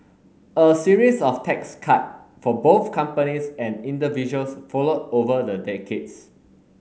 a series of tax cut for both companies and individuals followed over the decades